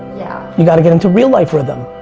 yeah. you gotta get into real life rhythm.